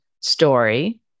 story